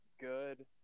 good